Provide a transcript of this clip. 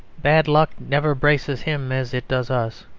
bad luck never braces him as it does us.